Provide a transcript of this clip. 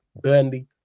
Burnley